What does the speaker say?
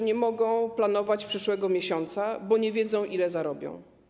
Nie mogą oni planować przyszłego miesiąca, bo nie wiedzą, ile zarobią.